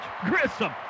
Grissom